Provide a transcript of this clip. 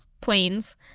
planes